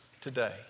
today